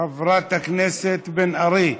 חברת הכנסת בן ארי,